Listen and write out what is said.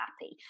happy